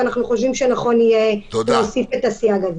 ולכן אנחנו חושבים שנכון יהיה להוסיף את הסייג הזה.